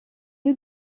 you